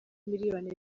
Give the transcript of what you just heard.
miliyoni